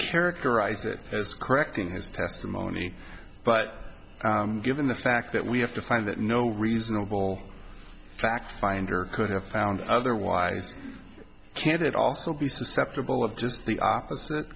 characterize it as correct in his testimony but given the fact that we have to find that no reasonable fact finder could have found otherwise can't it also be susceptible of just the opposite